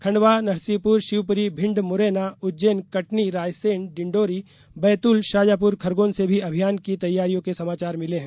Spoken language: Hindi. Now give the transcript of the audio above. खंडवा नरसिंहपुर शिवपुरी भिंड मुरैना उज्जैन कटनी रायसेन डिंडोरी बैतूल शाजापुर खरगोन से भी अभियान की तैयारियों के समाचार मिले हैं